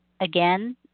Again